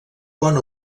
bona